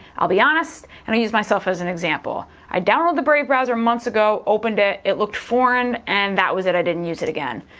i'll be honest, and i use myself as an example, i downloaded the brave browser months ago opened it, it looked foreign, and that was it i didn't use it again.